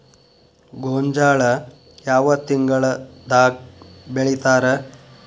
ಗೋಂಜಾಳ ಯಾವ ತಿಂಗಳದಾಗ್ ಬೆಳಿತಾರ?